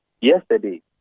yesterday